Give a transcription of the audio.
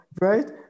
right